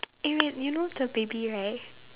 eh wait you know the baby right